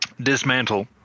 dismantle